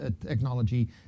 technology